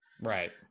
Right